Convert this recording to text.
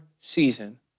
season